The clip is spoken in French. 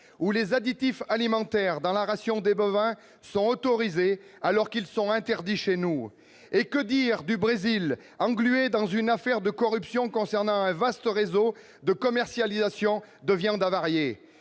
ou les additifs alimentaires dans la ration des bovins sont autorisés, alors qu'ils sont interdits chez nous et que dire du Brésil, englué dans une affaire de corruption concernant un vaste réseau de commercialisation de viande avariée